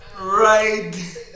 right